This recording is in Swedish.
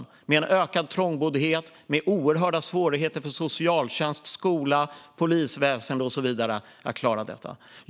Vi ser en ökad trångboddhet och oerhörda svårigheter för socialtjänst, skola, polisväsen och så vidare att klara detta.